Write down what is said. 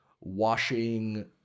washing